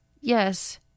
Yes